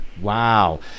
Wow